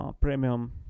premium